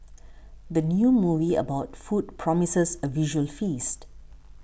the new movie about food promises a visual feast